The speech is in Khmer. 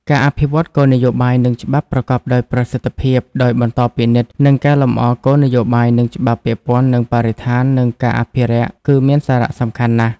ការអភិវឌ្ឍគោលនយោបាយ និងច្បាប់ប្រកបដោយប្រសិទ្ធភាព ដោយបន្តពិនិត្យ និងកែលម្អគោលនយោបាយ និងច្បាប់ពាក់ព័ន្ធនឹងបរិស្ថាន និងការអភិរក្ស គឺមានសារៈសំខាន់ណាស់។